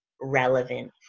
relevant